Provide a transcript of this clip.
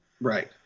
Right